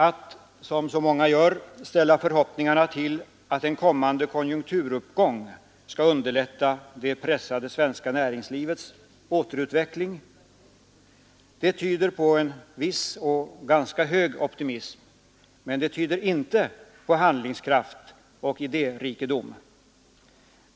Att, som så många gör, ställa förhoppningarna till att en kommande konjunkturuppgång skall underlätta det pressade svenska näringslivets återutveckling tyder på en viss och ganska stor optimism, men det tyder inte på handlingskraft och idérikedom.